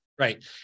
Right